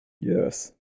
Yes